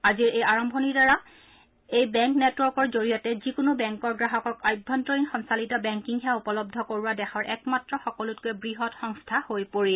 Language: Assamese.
আজিৰ এই আৰম্ভণিৰ দ্বাৰা আই পি পি বি নেটৱকৰ জৰিয়তে যিকোনো বেংকৰ গ্ৰাহকক আভ্যন্তৰীণ সঞ্চালিত বেংকিং সেৱা উপলৰূ কৰোৱা দেশৰ একমাত্ৰ সকলোতকৈ বৃহৎ সংস্থা হৈ পৰিল